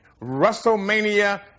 WrestleMania